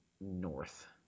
north